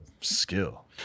skill